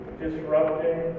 disrupting